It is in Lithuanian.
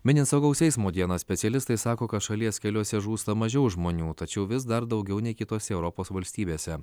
minint saugaus eismo dieną specialistai sako kad šalies keliuose žūsta mažiau žmonių tačiau vis dar daugiau nei kitose europos valstybėse